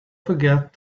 forget